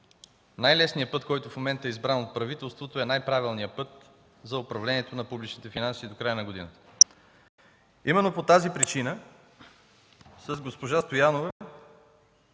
най-лесният път, който в момента е избран от правителството, е най-правилният път за управлението на публичните финанси до края на година. Именно по тази причина с госпожа Стоянова,